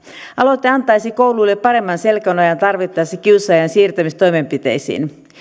aloite antaisi kouluille paremman selkänojan tarvittaessa kiusaajan siirtämistoimenpiteisiin